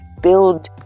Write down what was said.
build